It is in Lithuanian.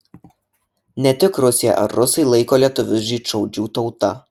ne tik rusija ar rusai laiko lietuvius žydšaudžių tauta